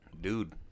dude